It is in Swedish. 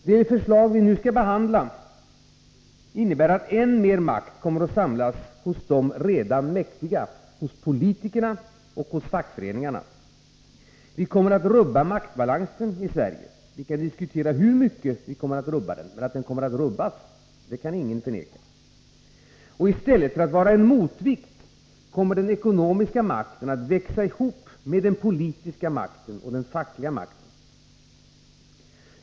Det förslag vi nu skall behandla innebär att än mer makt kommer att samlas hos de redan mäktiga: politikerna och fackföreningarna. Maktbalansen i Sverige kommer att rubbas. Vi kan diskutera hur mycket, men att den kommer att rubbas kan ingen förneka. I stället för att vara en motvikt, kommer den ekonomiska makten att växa ihop med den politiska och den fackliga makten.